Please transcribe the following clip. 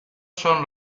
son